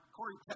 Corey